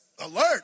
alert